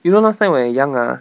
you know last time when I young ah